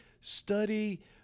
study